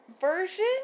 Version